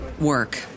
work